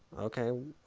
okay,